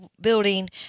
building